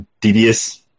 devious